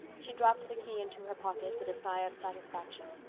she dropped the key into her pocket with a sigh of satisfaction.